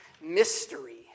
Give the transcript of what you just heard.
mystery